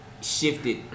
shifted